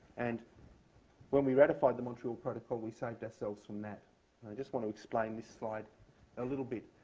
and when we ratified the montreal protocol, we saved ourselves from that. and i just want to explain this slide a little bit.